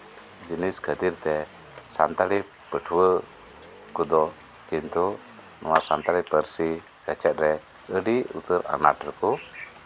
ᱡᱤᱱᱤᱥ ᱠᱷᱟᱹᱛᱤᱨ ᱛᱮ ᱥᱟᱱᱛᱟᱲᱤ ᱯᱟᱹᱴᱷᱩᱣᱟᱹ ᱠᱚᱫᱚ ᱠᱤᱱᱛᱩ ᱱᱚᱣᱟ ᱥᱟᱱᱛᱟᱲᱤ ᱯᱟᱹᱨᱥᱤ ᱪᱮᱪᱮᱫ ᱨᱮ ᱟᱹᱰᱤ ᱩᱛᱟᱹᱨ ᱟᱱᱟᱴ ᱨᱮᱠᱚ